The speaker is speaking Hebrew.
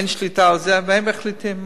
אין שליטה על זה, והם מחליטים מה.